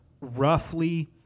roughly